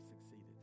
succeeded